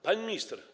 Pani Minister!